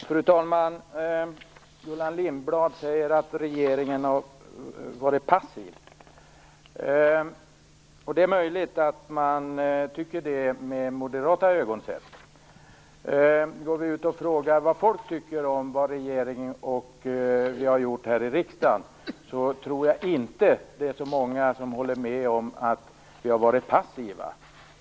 Fru talman! Gullan Lindblad säger att regeringen har varit passiv. Det är möjligt att det kan tyckas vara så, med moderata ögon sett. Men går vi ut och frågar vad folk tycker om vad regeringen och vi i riksdagen har gjort tror jag inte att det är så många som håller med om att vi har varit passiva.